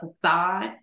facade